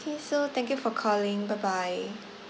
K so thank you for calling bye bye